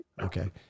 Okay